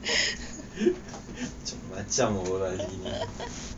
macam macam orang macam ini